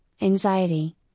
anxiety